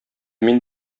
мин